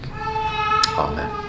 Amen